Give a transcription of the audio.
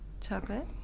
Chocolate